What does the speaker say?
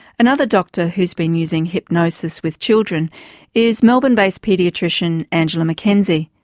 another doctor who's been using hypnosis with children is melbourne based paediatrician angela mackenzie.